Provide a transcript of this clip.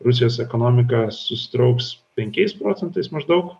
rusijos ekonomika susitrauks penkiais procentais maždaug